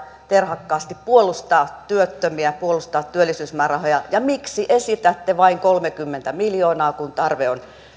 terhakkaasti puolustaa työttömiä puolustaa työllisyysmäärärahoja miksi esitätte vain kolmekymmentä miljoonaa kun tarve on